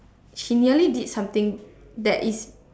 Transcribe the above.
she nearly did something that is